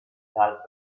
dal